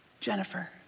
Jennifer